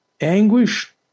anguish